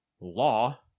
law